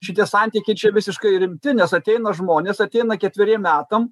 šitie santykiai čia visiškai rimti nes ateina žmonės ateina ketveriem metam